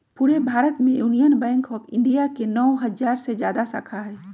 पूरे भारत में Union Bank of India के नौ हजार से जादा शाखा हई